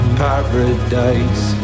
paradise